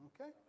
okay